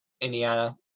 Indiana